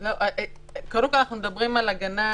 ואז אולי הוראות החוק יכולות למנוע את זה מהם.